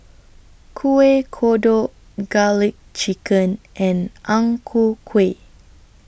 Kueh Kodok Garlic Chicken and Ang Ku Kueh